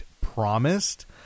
promised